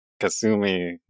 Kasumi